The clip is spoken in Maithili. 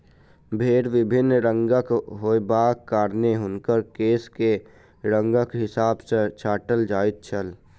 भेंड़ विभिन्न रंगक होयबाक कारणेँ ओकर केश के रंगक हिसाब सॅ छाँटल जाइत छै